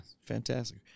fantastic